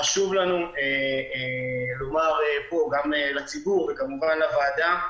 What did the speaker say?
חשוב לנו לומר פה גם לציבור וכמובן לוועדה,